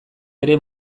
ere